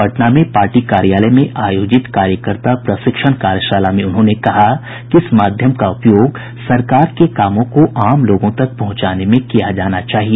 पटना में पार्टी कार्यालय में आयोजित कार्यकर्ता प्रशिक्षण कार्यशाला में उन्होंने कहा कि इस माध्यम का उपयोग सरकार के कामों को आम लोगों तक पहुंचाने में किया जाना चाहिए